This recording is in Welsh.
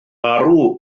marw